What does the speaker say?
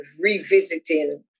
revisiting